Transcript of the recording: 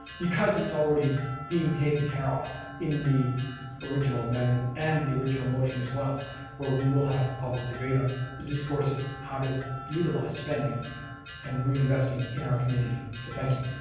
because it's already being taken care of in the original amendment and the original motion as well where we will have public debate on the discourse of how to utilize spending and reinvesting in our community. so thank you.